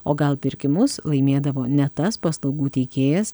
o gal pirkimus laimėdavo ne tas paslaugų teikėjas